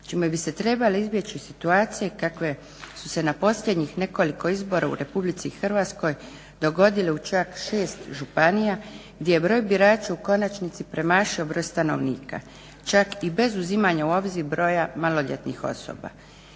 čime bi se trebale izbjeći situacije kakve su se na posljednjih nekoliko izbora u Republike Hrvatskoj dogodile u čak 6 županija gdje je broj birača u konačnici premašio broj stanovnika, čak i bez uzimanja u obzir broja maloljetnih osoba.